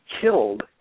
killed